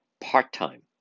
part-time